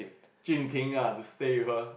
Jun Ping ya to stay with her